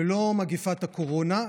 ולא "מגפת הקורונה",